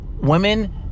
Women